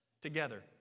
together